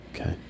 okay